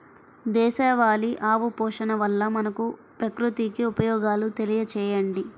దేశవాళీ ఆవు పోషణ వల్ల మనకు, ప్రకృతికి ఉపయోగాలు తెలియచేయండి?